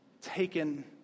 taken